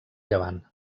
llevant